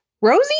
Rosie